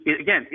again